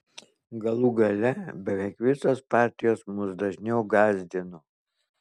galų gale beveik visos partijos mus dažniau gąsdino